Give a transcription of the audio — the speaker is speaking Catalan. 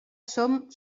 som